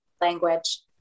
language